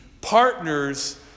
partners